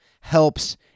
helps